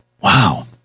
Wow